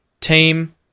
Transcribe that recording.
Team